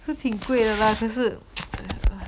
是挺贵的呢可是